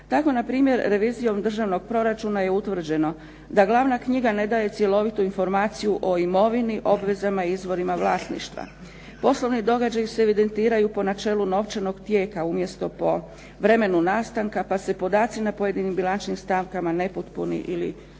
Tako na primjer revizijom državnog proračuna je utvrđeno da glavna knjiga ne daje cjelovitu informaciju o imovini, obvezama i izvorima vlasništva. Poslovni događaji se evidentiraju po načelu novčanog tijeka, umjesto po vremenu nastanka pa se podaci na pojedinim bilancinim stavkama nepotpuni ili